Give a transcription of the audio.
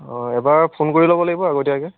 এবাৰ ফোন কৰি লব লাগিব আগতিয়াকৈ